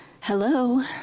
hello